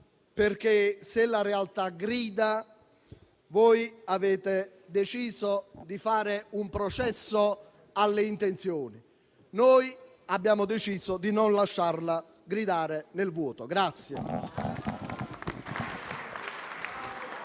perché, se la realtà grida, voi avete deciso di fare un processo alle intenzioni, mentre noi abbiamo deciso di non lasciarla gridare nel vuoto.